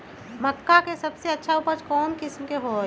मक्का के सबसे अच्छा उपज कौन किस्म के होअ ह?